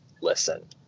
listen